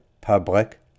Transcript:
public